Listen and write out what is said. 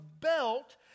belt